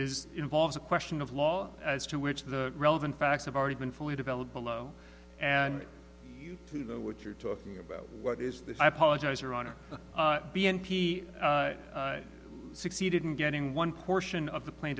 is involves a question of law as to which of the relevant facts have already been fully developed below and you know what you're talking about what is the i apologize your honor b m p succeeded in getting one portion of the